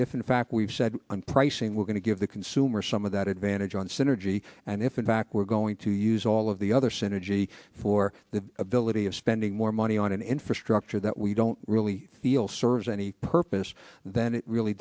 if in fact we've said on pricing we're going to give the consumer some of that advantage on synergy and if in fact we're going to use all of the other synergy for the ability of spending more money on an infrastructure that we don't really feel serves any purpose then it really